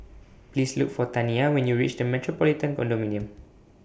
Please Look For Taniyah when YOU REACH The Metropolitan Condominium